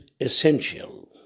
essential